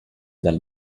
dal